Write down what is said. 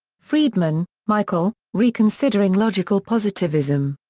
friedman, michael, reconsidering logical positivism.